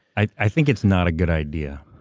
i think it's not a good idea.